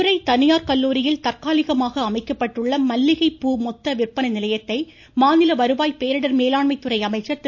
உதயகுமார் மதுரை தனியார் கல்லூரியில் தற்காலிகமாக அமைக்கப்பட்டுள்ள மல்லிகை பூ மொத்த விற்பனை நிலையத்தை மாநில வருவாய் பேரிடர் மேலாண்மை துறை அமைச்சர் திரு